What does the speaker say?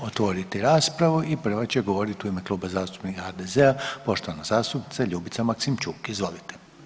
Sada ću otvoriti raspravu i prva će govorit u ime Kluba zastupnika HDZ-a poštovana zastupnica Ljubica Maksimčuk, izvolite.